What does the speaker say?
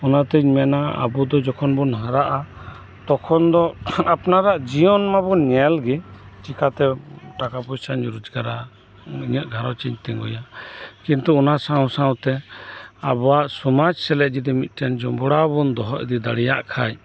ᱚᱱᱟᱛᱮᱧ ᱢᱮᱱᱟ ᱟᱵᱩ ᱫᱚ ᱡᱚᱠᱷᱚᱱ ᱵᱩᱱ ᱦᱟᱨᱟᱜᱼᱟ ᱛᱚᱠᱷᱚᱱ ᱫᱚ ᱟᱯᱱᱟᱨᱟᱜ ᱡᱤᱭᱚᱱ ᱢᱟᱵᱩᱱ ᱧᱮᱞ ᱜᱮ ᱪᱮᱠᱟᱛᱮ ᱴᱟᱠᱟ ᱯᱚᱭᱥᱟᱧ ᱨᱚᱡᱽᱜᱟᱨᱟ ᱤᱧᱟᱹᱜ ᱜᱷᱟᱨᱚᱸᱡᱽ ᱤᱧ ᱛᱤᱸᱜᱩᱭᱟ ᱠᱤᱱᱛᱩ ᱚᱱᱟ ᱥᱟᱶ ᱥᱟᱶᱛᱮ ᱟᱵᱩᱣᱟᱜ ᱥᱚᱢᱟᱡᱽ ᱥᱮᱞᱮᱫ ᱡᱚᱫᱤ ᱢᱤᱫᱴᱮᱱ ᱡᱚᱸᱜᱲᱟᱣ ᱵᱩᱱ ᱫᱚᱦᱚ ᱤᱫᱤ ᱫᱟᱲᱤᱭᱟᱜᱠᱷᱟᱱ